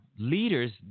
Leaders